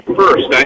first